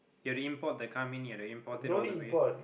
you have to import the car meaning you have to import it all the way